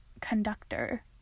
conductor